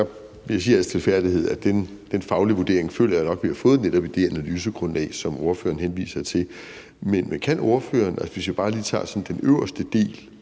jeg sige i al stilfærdighed, at den faglige vurdering føler jeg nok vi har fået netop i det analysegrundlag, som ordføreren henviser til. Hvis vi bare lige tager den øverste del